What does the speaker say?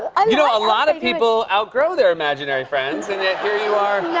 um you know, a lot of people outgrow their imaginary friends and yet, here you are no.